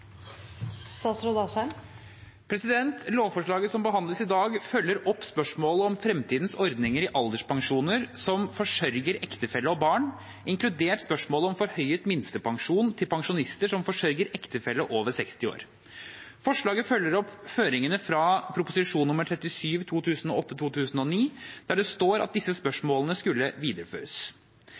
Lovforslaget som behandles i dag, følger opp spørsmålet om fremtidens ordninger i alderspensjoner som forsørger ektefelle og barn, inkludert spørsmålet om forhøyet minstepensjon til pensjonister som forsørger ektefelle over 60 år. Forslaget følger opp føringene fra Ot.prp. nr. 37 for 2008–2009, der det står at disse spørsmålene skulle